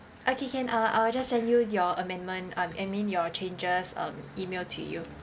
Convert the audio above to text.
okay can uh I'll just send you your amendment um I mean your changes um email to you